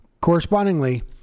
Correspondingly